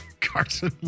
Carson